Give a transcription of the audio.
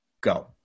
go